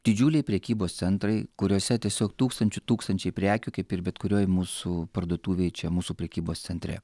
didžiuliai prekybos centrai kuriuose tiesiog tūkstančių tūkstančiai prekių kaip ir bet kurioj mūsų parduotuvėj čia mūsų prekybos centre